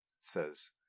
says